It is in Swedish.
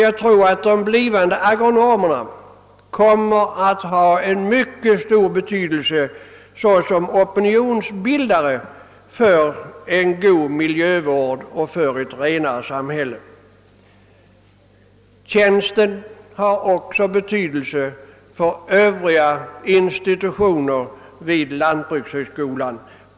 Jag tror att agronomerna då kommer att göra en mycket stor insats som opinionsbildare för en god miljövård och ett renare samhälle. Denna tjänst har också stor betydelse för övriga institutioner vid lantbrukshögskolan.